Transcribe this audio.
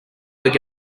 what